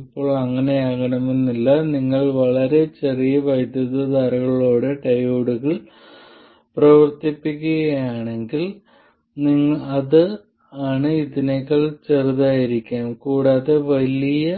ഇപ്പോൾ ഇത് അങ്ങനെയാകണമെന്നില്ല നിങ്ങൾ വളരെ ചെറിയ വൈദ്യുതധാരകളോടെ ഡയോഡുകൾ പ്രവർത്തിപ്പിക്കുകയാണെങ്കിൽ അത് ഇതിനേക്കാൾ ചെറുതായിരിക്കാം കൂടാതെ വളരെ വലിയ